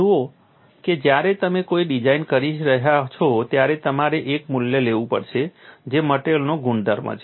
જુઓ કે જ્યારે તમે કોઈ ડિઝાઇન કરી રહ્યા છો ત્યારે તમારે એક મૂલ્ય લેવું પડશે જે મટેરીઅલનો ગુણધર્મ છે